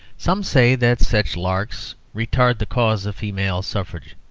some say that such larks retard the cause of female suffrage,